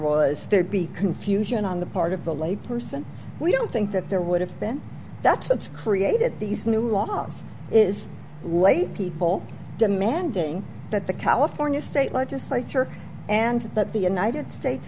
to be confusion on the part of the lay person we don't think that there would have been that it's created these new laws is laypeople demanding that the california state legislature and that the united states